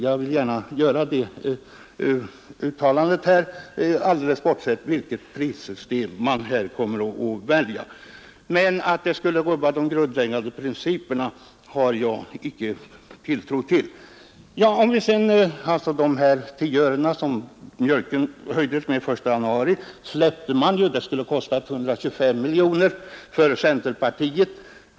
Jag vill gärna instämma i det uttalandet, och det gäller alldeles oavsett vilket prissystem man väljer; det kommer inte att rubba de grundläggande principerna. Tanken på att eliminera verkningarna av den prishöjning med 10 öre som trädde i kraft den 1 januari släppte ni. Det skulle ha kostat 125 miljoner kronor enligt centerns förslag.